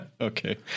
Okay